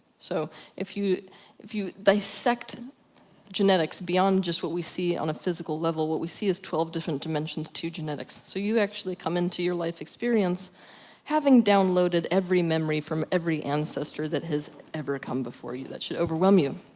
so if you if you dissect genetics, beyond just what we see on a physical level, what we see is twelve different dimensions to genetics. so you actually come into your life experience having downloaded every memory from every ancestor that has ever come before you. that should overwhelm you.